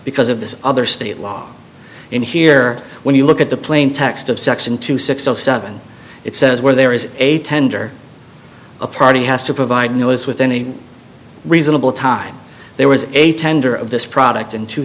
because of this other state law in here when you look at the plain text of section two six zero seven it says where there is a tender a party has to provide notice within a reasonable time there was a tender of this product in two